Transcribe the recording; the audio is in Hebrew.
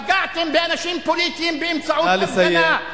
פגעתם באנשים פוליטיים באמצעות הפגנה,